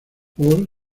paul